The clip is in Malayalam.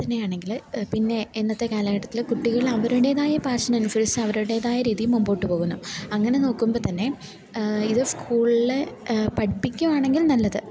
തന്നെയാണെങ്കിൽ പിന്നെ ഇന്നത്തെ കാലഘട്ടത്തിൽ കുട്ടികൾ അവരുടേതായ പാഷൻ ഇൻഫ്ലുവൻസ് അവരുടേതായ രീതിയിൽ മുൻപോട്ടു പോകുന്നു അങ്ങനെ നോക്കുമ്പോൾ തന്നെ ഇത് സ്കൂളിലെ പഠിപ്പിക്കുകയാണെങ്കിൽ നല്ലത്